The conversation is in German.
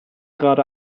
gerade